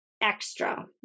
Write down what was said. extra